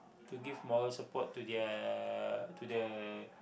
to give moral support to their to the